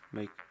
make